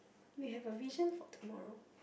we have a vision for tomorrow